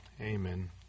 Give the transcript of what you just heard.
Amen